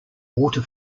water